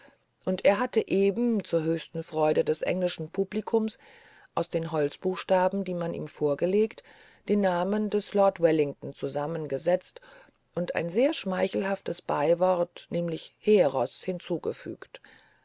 und er hatte eben zur höchsten freude des englischen publikums aus den holzbuchstaben die man ihm vorgelegt den namen des lord wellington zusammengesetzt und ein sehr schmeichelhaftes beiwort nämlich heros hinzugefügt